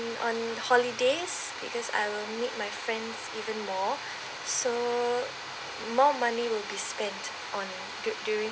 on on holiday because I will meet my friends even more so more money will be spent on du~ during